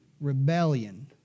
rebellion